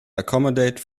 accommodate